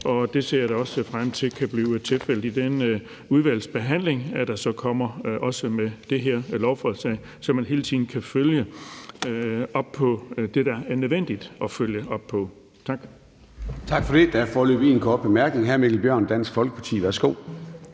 og det ser jeg da også frem til kan blive tilfældet i den udvalgsbehandling, der så kommer også af det her lovforslag, så man hele tiden kan følge op på det, der er nødvendigt at følge op på. Tak. Kl. 10:34 Formanden (Søren Gade): Tak for det. Der er en kort bemærkning fra hr. Mikkel Bjørn, Dansk Folkeparti. Værsgo.